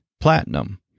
platinum